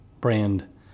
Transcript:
brand